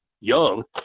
young